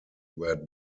were